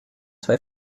zwei